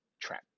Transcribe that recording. trap